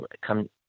come